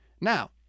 Now